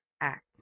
Act